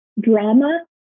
drama